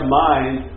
mind